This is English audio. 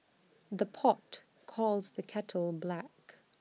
the pot calls the kettle black